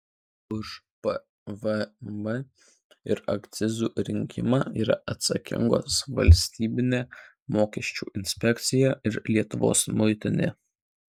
už pvm ir akcizų rinkimą yra atsakingos valstybinė mokesčių inspekcija ir lietuvos muitinė